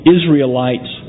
Israelites